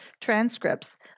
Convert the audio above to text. transcripts